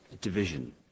division